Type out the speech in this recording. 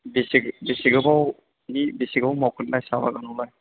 बेसे बेसे गोबावनि बेसे गोबाव मावखो नोंलाय साहा बागानावलाय